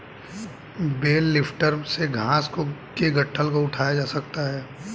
bell lifter से घास के गट्ठल को उठाया जा सकता है